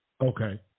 Okay